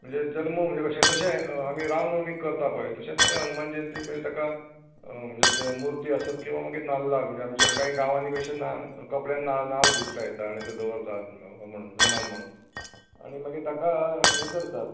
जल्म म्हणजे कशें जशें आमी रामनमीक करता पय तशेंच तें हनुमान जयंतीक करतात मागीर ती मुर्ती आसत किंवां नाल्लाक म्हणल्यार कांय गांवांनी अशें कपड्यान नाल्ल नाल्ल गुठलायतात आनी ते दवरतात हनुमान म्हणून आनी ताका मागीर हे करतात